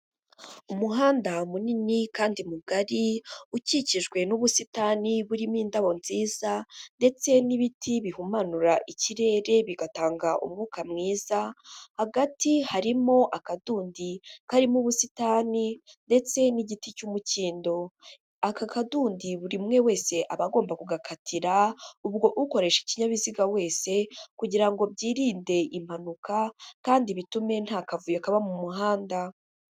Umuhanda munini kandi mugari ukikijwe n'ubusitani burimo indabo nziza ndetse n'ibiti bihumanura ikirere bigatanga umwuka mwiza, hagati harimo akadundi karimo ubusitani ndetse n'igiti cy'umukindo, aka kadundi buri umwe wese aba agomba kugakatira, ubwo ukoresha ikinyabiziga wese kugira ngo byirinde impanuka kandi bitume nta kavuyo kaba mu muhanda.